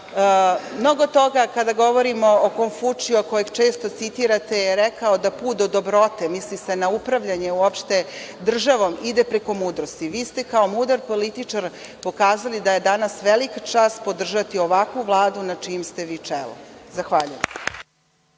mnogo toga kada govorimo o Konfučiju, a kojeg često citirate, je rekao da put do dobrote, misli se na upravljanje uopšte, državom, ide preko mudrosti. Vi ste kao mudar političar pokazali da je danas velika čast podržati ovakvu Vladu na čijem ste vi čelu. Zahvaljujem.